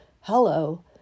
Hello